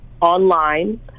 online